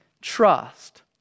trust